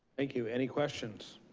thank you, any questions?